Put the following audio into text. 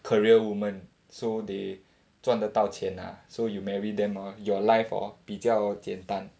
career woman so they 赚的到钱 ah so you marry them ah your life hor 比较简单